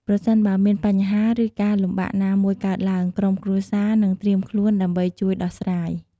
ប្រសិនបើមានបញ្ហា ឬការលំបាកណាមួយកើតឡើង ក្រុមគ្រួសារនឹងត្រៀមខ្លួនដើម្បីជួយដោះស្រាយ។